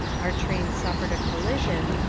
our train suffered a collision,